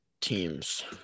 teams